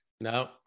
No